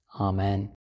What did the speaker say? amen